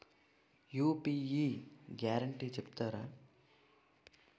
UPI guarantee చెప్తారా?